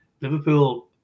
Liverpool